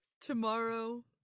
Tomorrow